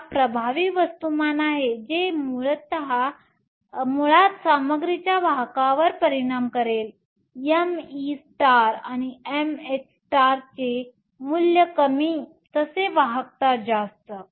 आता प्रभावी वस्तुमान आहे जे मुळात सामग्रीच्या वाहकावर परिणाम करेल me आणि mh चे मूल्य कमी तसे वाहकता जास्त